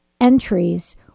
entries